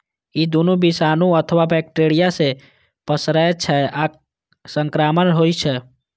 ई दुनू विषाणु अथवा बैक्टेरिया सं पसरै छै आ संक्रामक होइ छै